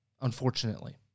unfortunately